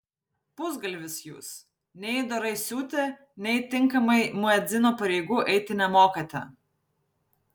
pusgalvis jūs nei dorai siūti nei tinkamai muedzino pareigų eiti nemokate